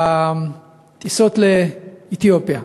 הטיסות לאתיופיה.